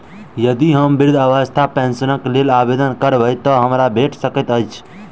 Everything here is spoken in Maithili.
यदि हम वृद्धावस्था पेंशनक लेल आवेदन करबै तऽ हमरा भेट सकैत अछि?